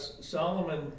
Solomon